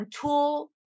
tool